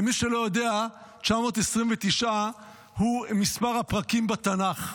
למי שלא יודע, 929 הוא מספר הפרקים בתנ"ך,